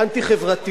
כי,